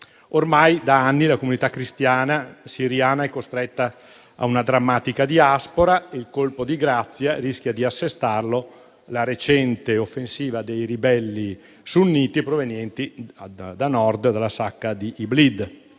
Ormai da anni la comunità cristiana siriana è costretta a una drammatica diaspora. Il colpo di grazia rischia di assestarlo la recente offensiva dei ribelli sunniti provenienti da Nord, dalla sacca di Idlib.